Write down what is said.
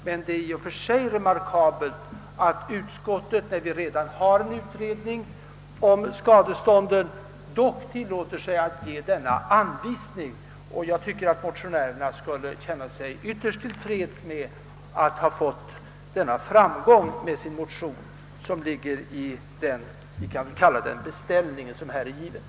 Det är emellertid i och för sig remarkabelt att utskottet, när vi redan har en utredning om skadestånd, dock tillåter sig att ge denna anvisning. Jag tycker att motionärerna skulle känna sig ytterst till freds med att genom motionen ha vunnit den framgång som ligger i den beställning som här har gjorts.